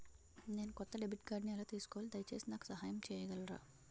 నేను కొత్త డెబిట్ కార్డ్ని ఎలా తీసుకోవాలి, దయచేసి నాకు సహాయం చేయగలరా?